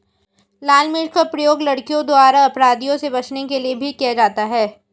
लाल मिर्च का प्रयोग लड़कियों द्वारा अपराधियों से बचने के लिए भी किया जाता है